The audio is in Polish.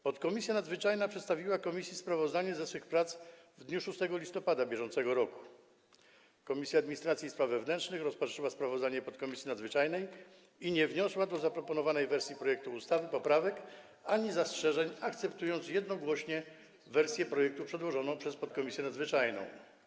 Podkomisja nadzwyczajna przedstawiła komisji sprawozdanie z dalszych prac w dniu 6 listopada br. Komisja Administracji i Spraw Wewnętrznych rozpatrzyła sprawozdanie podkomisji nadzwyczajnej i nie wniosła do zaproponowanej wersji projektu ustawy poprawek ani zastrzeżeń, akceptując jednogłośnie wersję projektu przedłożoną przez podkomisję nadzwyczajną.